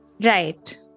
Right